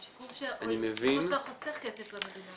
הוא שיקום שבסופו של דבר חוסך כסף למדינה.